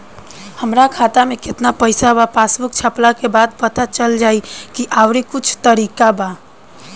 हमरा खाता में केतना पइसा बा पासबुक छपला के बाद पता चल जाई कि आउर कुछ तरिका बा?